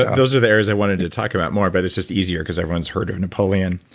those are the areas i wanted to talk about more but it's just easier because i once heard of napoleon.